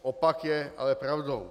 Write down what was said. Opak je ale pravdou.